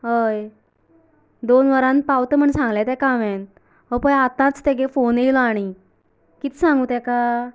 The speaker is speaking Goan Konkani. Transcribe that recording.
हय दोन वरांन पावता म्हण सांगले तेकां हांवेन हो पळय आतांच तेगे फोन येयलां आनी कितें सांगू तेकां